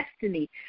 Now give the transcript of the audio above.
destiny